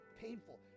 painful